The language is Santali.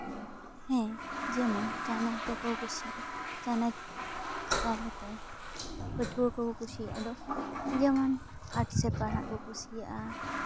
ᱦᱮᱸ ᱡᱮᱢᱚᱱ ᱪᱟᱱᱟᱪ ᱫᱚᱠᱚ ᱠᱩᱥᱤᱭᱟᱜᱼᱟ ᱪᱟᱱᱟᱪ ᱛᱟᱞᱟᱛᱮ ᱯᱟᱹᱴᱷᱩᱣᱟᱹ ᱠᱚ ᱠᱩᱥᱤᱭᱟᱜ ᱫᱚ ᱡᱮᱢᱚᱱ ᱟᱨᱴ ᱥᱮ ᱯᱟᱲᱦᱟᱜ ᱠᱚ ᱠᱩᱥᱤᱭᱟᱜᱼᱟ